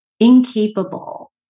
Incapable